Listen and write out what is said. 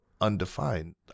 undefined